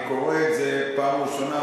אני קורא את זה פעם ראשונה,